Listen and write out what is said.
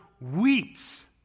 weeps